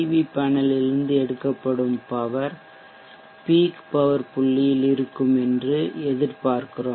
we பேனலில் இருந்து எடுக்கப்படும் பவர் பீக் பவர் புள்ளியில் இருக்கும் என்று எதிர்பார்க்கிறோம்